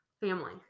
Family